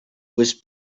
was